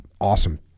awesome